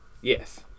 Yes